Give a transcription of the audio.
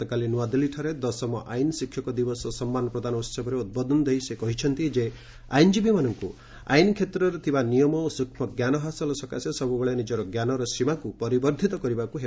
ଗତକାଲି ନ୍ନଆଦିଲ୍ଲୀଠାରେ ଦଶମ ଆଇନ ଶିକ୍ଷକ ଦିବସ ସମ୍ମାନ ପ୍ରଦାନ ଉହବରେ ଉଦ୍ବୋଧନ ଦେଇ ସେ କହିଛନ୍ତି ଯେ ଆଇନଜୀବୀମାନଙ୍କୁ ଆଇନ କ୍ଷେତ୍ରରେ ଥିବା ନିୟମ ଓ ସୂକ୍ଷ୍ମ ଜ୍ଞାନ ହାସଲ ସକାଶେ ସବୁବେଳେ ନିକର ଞ୍ଜାନର ସୀମାକୁ ପରିବର୍ଦ୍ଧିତ କରିବାକୁ ହେବ